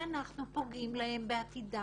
שאנחנו פוגעים להם בעתידם